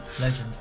Legend